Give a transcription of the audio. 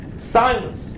silence